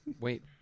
wait